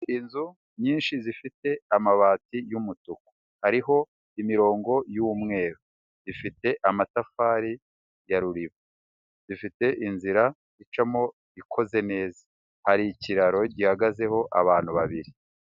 Inzu nyinshi zifite amabati y'umutuku hariho imirongo y'umweru, ifite amatafari ya ruriba, ifite inzira icamo ikoze neza, hari ikiraro gihagazeho abantu babiri.